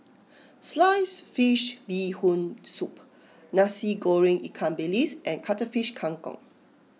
Sliced Fish Bee Hoon Soup Nasi Goreng Ikan Bilis and Cuttlefish Kang Kong